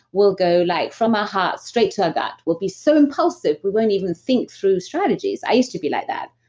we'll go like from our heart straight to our gut we'll be so impulsive we won't even think through strategies. i used to be like that.